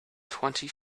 twenty